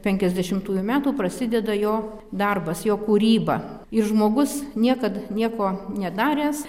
penkiasdešimtųjų metų prasideda jo darbas jo kūryba ir žmogus niekad nieko nedaręs